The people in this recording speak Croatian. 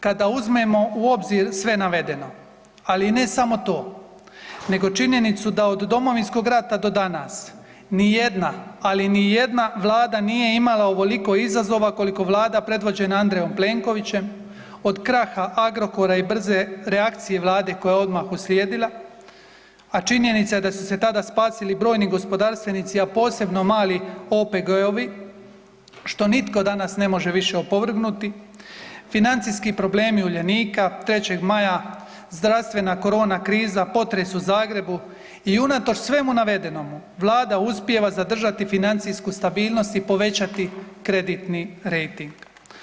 Kada uzmemo u obzir sve navedeno, ali i ne samo to, nego činjenicu da od Domovinskog rata do danas nijedna, ali nijedna vlada nije imala ovoliko izazova koliko vlada predvođena Andrejom Plenkovićem, od kraha Agrokora i brze reakcije vlade koja je odmah uslijedila, a činjenica je da su se tada spasili brojni gospodarstvenici, a posebno mali OPG-ovi, što nitko danas ne može više opovrgnuti, financijski problemi Uljanika, 3. Maja, zdravstvena korona kriza, potres u Zagrebu i unatoč svemu navedenome vlada uspijeva zadržati financijsku stabilnost i povećati kreditni rejting.